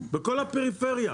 בכל הפריפריה,